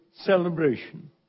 celebration